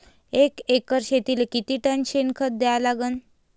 एका एकर शेतीले किती टन शेन खत द्या लागन?